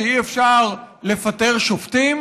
שאי-אפשר לפטר שופטים?